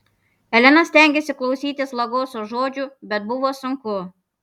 elena stengėsi klausytis lagoso žodžių bet buvo sunku